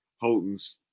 Holton's